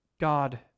God